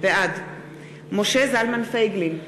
בעד משה זלמן פייגלין,